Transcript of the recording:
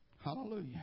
Hallelujah